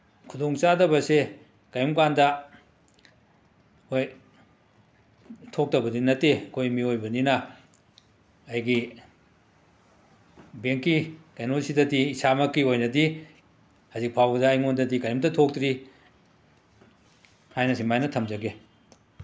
ꯈꯨꯗꯣꯡꯆꯥꯗꯕꯁꯦ ꯀꯩꯒꯨꯝꯀꯥꯟꯗ ꯍꯣꯏ ꯊꯣꯛꯇꯕꯗꯤ ꯅꯠꯇꯦ ꯑꯩꯈꯣꯏ ꯃꯤꯑꯣꯏꯕꯅꯤꯅ ꯑꯩꯒꯤ ꯕꯦꯡꯛꯀꯤ ꯀꯩꯅꯣꯁꯤꯗꯗꯤ ꯏꯁꯥꯃꯛꯀꯤ ꯑꯣꯏꯅꯗꯤ ꯍꯧꯖꯤꯛ ꯐꯥꯎꯕꯗꯤ ꯑꯩꯉꯣꯟꯗꯗꯤ ꯀꯩꯝꯇ ꯊꯣꯛꯇ꯭ꯔꯤ ꯍꯥꯏꯅ ꯁꯨꯃꯥꯏꯅ ꯊꯝꯖꯒꯦ